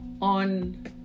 on